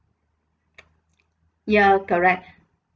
ya correct